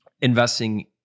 investing